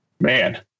man